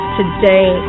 today